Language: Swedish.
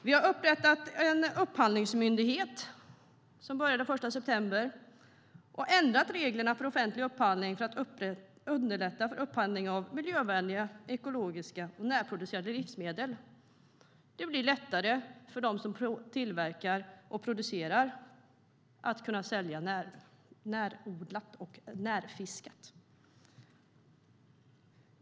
Vi har upprättat Upphandlingsmyndigheten, som startade den 1 september, och ändrat reglerna för offentlig upphandling för att underlätta för upphandling av miljövänliga, ekologiska och närproducerade livsmedel. Det blir lättare för dem som tillverkar och producerar att sälja närodlat och närfiskat.